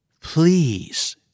Please